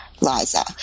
Liza